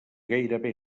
gairebé